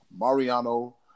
Mariano